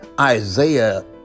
Isaiah